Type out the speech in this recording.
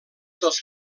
dels